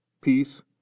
peace